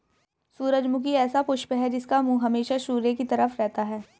सूरजमुखी ऐसा पुष्प है जिसका मुंह हमेशा सूर्य की तरफ रहता है